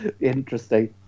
Interesting